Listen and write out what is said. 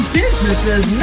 businesses